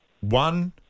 One